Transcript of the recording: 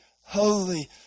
holy